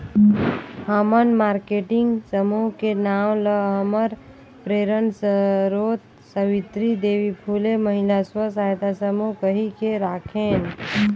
हमन मारकेटिंग समूह के नांव ल हमर प्रेरन सरोत सावित्री देवी फूले महिला स्व सहायता समूह कहिके राखेन